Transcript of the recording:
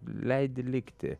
leidi likti